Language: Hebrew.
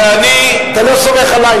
ואני, אתה לא סומך עלי?